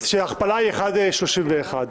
כשההכפלה היא ב-1.31.